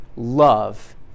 love